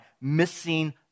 missing